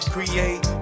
Create